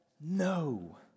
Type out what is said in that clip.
no